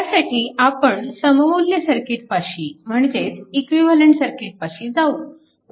त्यासाठी आपण सममुल्य सर्किटपाशी म्हणजेच इक्विव्हॅलंट सर्किटपाशी जाऊ